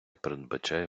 передбачає